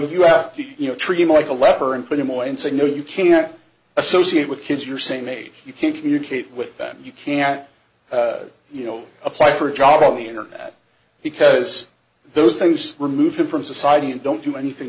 you know treat him like a leper and put him away and say no you can't associate with kids your same age you can't communicate with them you can't you know apply for a job on the internet because those things remove them from society and don't do anything